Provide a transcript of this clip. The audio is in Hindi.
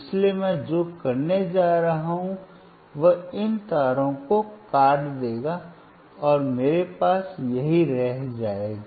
इसलिए मैं जो करने जा रहा हूं वह इन तारों को काट देगा और मेरे पास यही रह जाएगा